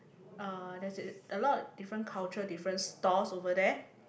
uh there's it a lot different culture different stores over there